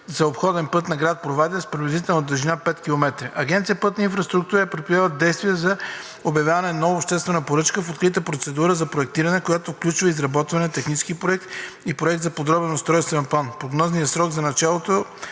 за „Обходен път на град Провадия“ с приблизителна дължина 5 километра“. Агенция „Пътна инфраструктура“ е предприела действия за обявяването на нова обществена поръчка в открита процедура за проектиране, която включва изработване на технически проект и проект на подробен устройствен план. Прогнозният срок е началото